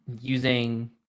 using